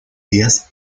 días